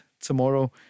tomorrow